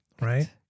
Right